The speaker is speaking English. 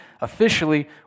officially